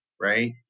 right